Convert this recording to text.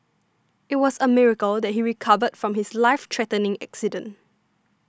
it was a miracle that he recovered from his life threatening accident